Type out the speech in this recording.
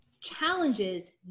challenges